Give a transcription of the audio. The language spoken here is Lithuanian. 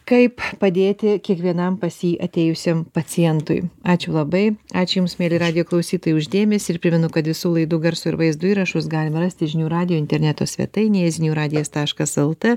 kaip padėti kiekvienam pas jį atėjusiam pacientui ačiū labai ačiū jums mieli radijo klausytojai už dėmesį ir primenu kad visų laidų garso ir vaizdo įrašus galima rasti žinių radijo interneto svetainėje žinių radijas taškas lt